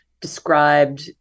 described